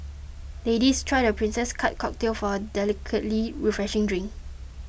ladies try the Princess Cut cocktail for a delicately refreshing drink